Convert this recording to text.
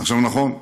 עכשיו, נכון,